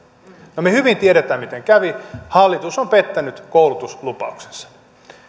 no me hyvin tiedämme miten kävi hallitus on pettänyt koulutuslupauksensa